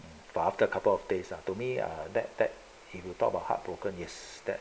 but after a couple of days lah to me that that if you talk about heartbroken is that